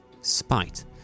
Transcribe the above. spite